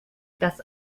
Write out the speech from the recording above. das